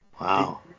Wow